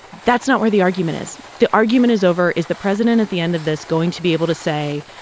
that's not where the argument is. the argument is over, is the president, at the end of this, going to be able to say,